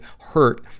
hurt